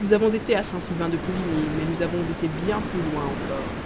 nous avons été à saint sylvain de pouligny mais nous avons été bien plus loin encore